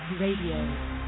Radio